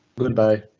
goodbye.